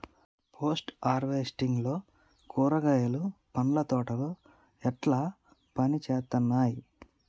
Post harvesting లో కూరగాయలు పండ్ల తోటలు ఎట్లా పనిచేత్తనయ్?